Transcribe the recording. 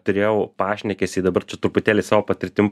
turėjau pašnekesį dabar čia truputėlį savo patirtim